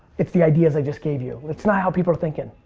it's the ideas i just gave you. it's not how people are thinking.